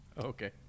Okay